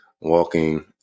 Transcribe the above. walking